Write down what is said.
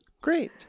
Great